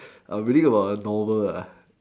I'm reading about a novel lah